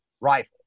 rifle